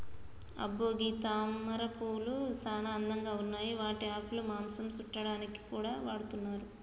అబ్బో గీ తామరపూలు సానా అందంగా ఉన్నాయి వాటి ఆకులు మాంసం సుట్టాడానికి కూడా వాడతున్నారు